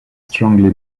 strongly